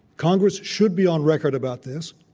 congress should be on record about this.